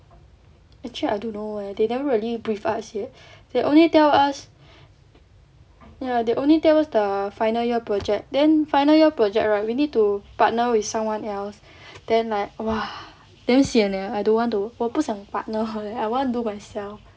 actually I don't know eh they never really brief yet they only tell us ya they only tell us the final year project then final year project right we need to partner with someone else then like !wah! damn sian leh I don't want to 我不想 partner her I want do myself